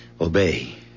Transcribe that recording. Obey